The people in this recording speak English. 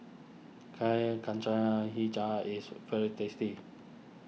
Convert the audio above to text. Kuih Kacang HiJau is very tasty